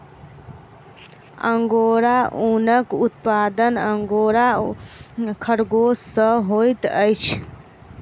angora ऊनक उत्पादन angora खरगोश सॅ होइत अछि